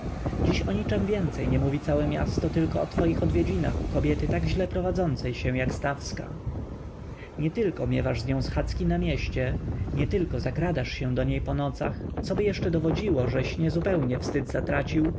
dziś o niczem więcej nie mówi całe miasto tylko o twoich odwiedzinach u kobiety tak źle prowadzącej się jak stawska już nietylko miewasz z nią schadzki na mieście nietylko zakradasz się do niej po nocach coby jeszcze dowodziło żeś nie zupełnie wstyd zatracił